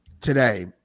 today